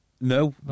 No